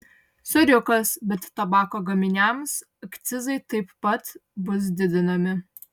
soriukas bet tabako gaminiams akcizai taip pat bus didinami